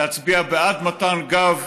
להצביע בעד מתן גב,